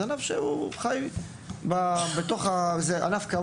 ענף עממי, כאמור,